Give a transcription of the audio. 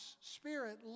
Spirit